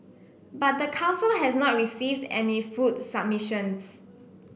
but the council has not received any food submissions